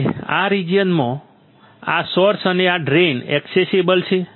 હવે આ રીજીયનમાં આ સોર્સ અને ડ્રેઇન એક્સેસેબલ છે